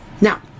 Now